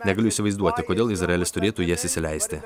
negaliu įsivaizduoti kodėl izraelis turėtų jas įsileisti